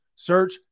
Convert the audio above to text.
Search